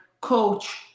coach